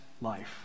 life